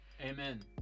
Amen